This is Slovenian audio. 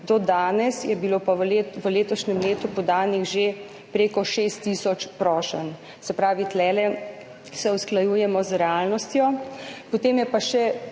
Do danes je bilo pa v letošnjem letu podanih že prek 6 tisoč prošenj. Se pravi, tule se usklajujemo z realnostjo. Potem so pa še